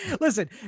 listen